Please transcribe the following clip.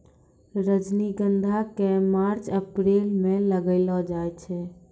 रजनीगंधा क मार्च अप्रैल म लगैलो जाय छै